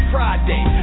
Friday